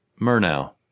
Murnau